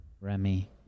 Remy